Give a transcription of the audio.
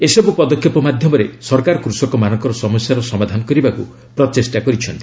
ଏସବୁ ପଦକ୍ଷେପ ମାଧ୍ୟମରେ ସରକାର କୃଷକମାନଙ୍କର ସମସ୍ୟାର ସମାଧାନ କରିବାକୁ ପ୍ରଚେଷ୍ଠା କରିଛନ୍ତି